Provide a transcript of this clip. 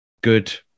good